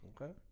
Okay